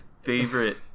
favorite